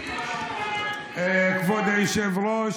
כבוד היושב-ראש,